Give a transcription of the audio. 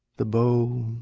the bones,